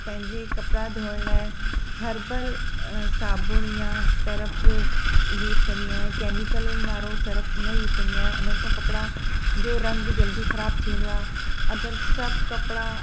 पंहिंजे कपिड़ा धोइणु हरबल साबुण यां सरफ यूस कंदी आहियां केमीकलन वारो सरफ न यूस कंदी आहियां उन्हनि सां कपिड़ा जो रंग जल्दी ख़राबु थी वेंदो आहे अगरि सभु कपिड़ा